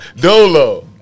Dolo